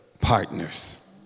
partners